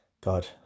God